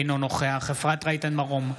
אינו נוכח אפרת רייטן מרום,